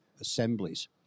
assemblies